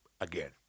Again